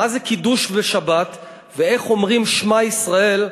מה זה קידוש ושבת ואיך אומרים "שמע ישראל",